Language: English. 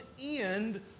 end